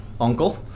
uncle